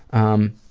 um,